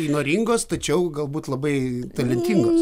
įnoringos tačiau galbūt labai talentingos